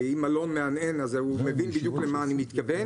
ואם אלון מהנהן אז הוא מבין בדיוק למה אני מתכוון.